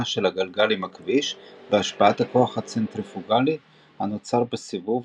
של הגלגל עם הכביש בהשפעת הכוח הצנטריפוגלי הנוצר בסיבוב